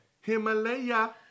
Himalaya